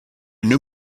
new